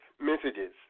messages